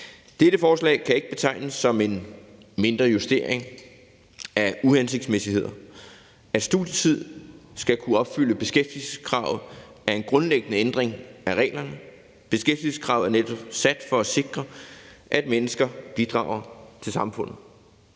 Dette forslag kan ikke betegnes som en mindre justering af uhensigtsmæssigheder. At studietid skal kunne opfylde beskæftigelseskravet er en grundlæggende ændring af reglerne. Beskæftigelseskravet er netop sat for at sikre, at mennesker bidrager til samfundet.